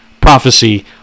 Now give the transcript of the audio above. prophecy